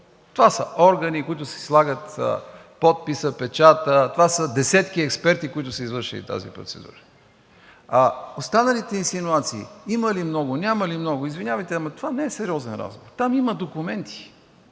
Това са органи, които си слагат подписа, печата. Това са десетки експерти, които са извършили тази процедура, а останалите инсинуации – има ли много, няма ли много, извинявайте, но това не е сериозен разговор. Там има документи